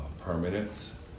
permanence